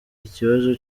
ikibazo